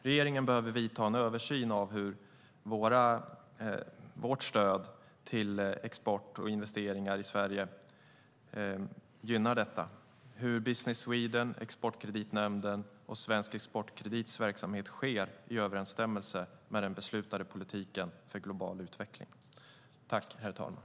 Regeringen behöver vidta en översyn av hur vårt stöd till export och investeringar i Sverige gynnar detta och om Business Swedens, Exportkreditnämndens och Svensk Exportkredits verksamhet sker i överensstämmelse med den beslutade politiken för global utveckling.